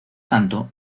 tanto